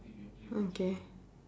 okay